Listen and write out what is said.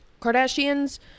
Kardashians